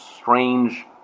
strange